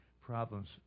problems